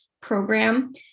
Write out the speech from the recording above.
program